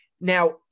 now